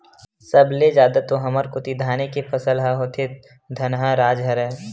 सब ले जादा तो हमर कोती धाने के फसल ह होथे धनहा राज हरय